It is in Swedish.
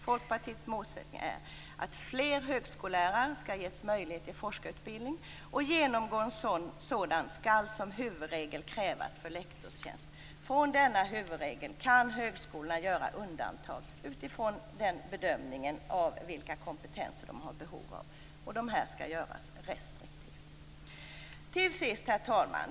Folkpartiets målsättning är att fler högskollärare skall ges möjlighet till forskarutbildning, och en genomgången sådan skall som huvudregel krävas för lektorstjänst. Från denna huvudregel kan högskolorna göra undantag utifrån sin egen bedömning av vilka kompetenser de har behov av. Undantagen skall göras restriktivt. Herr talman!